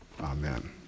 Amen